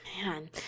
Man